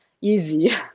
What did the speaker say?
easy